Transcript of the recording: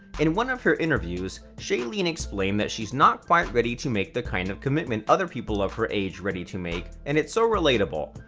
in one of her interviews, shailene explained that she's not quite ready to make the kind of commitment other people of her age ready to make, and it's so relatable.